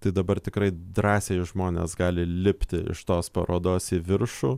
tai dabar tikrai drąsiai žmonės gali lipti iš tos parodos į viršų